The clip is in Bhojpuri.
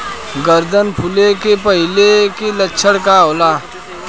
गर्दन फुले के पहिले के का लक्षण होला?